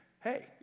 hey